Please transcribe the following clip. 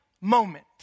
moment